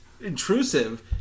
intrusive